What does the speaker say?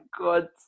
god